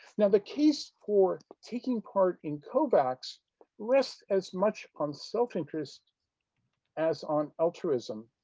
now the case for taking part in covax rests as much on self-interest as on altruism.